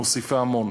מוסיפה המון.